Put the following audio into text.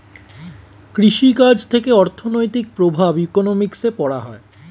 কৃষি কাজ থেকে অর্থনৈতিক প্রভাব ইকোনমিক্সে পড়া হয়